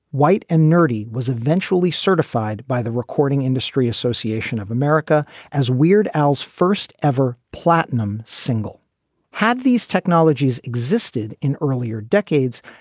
white and nerdy was eventually certified by the recording industry association of america as weird al's first ever platinum single had these technologies existed in earlier decades?